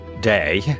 day